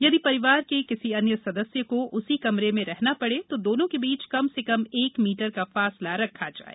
यदि परिवार के किसी अन्य सदस्य को उसी कमरे में रहना पड़े तो दोनों के बीच कम से कम एक मीटर का फासला रखा जाये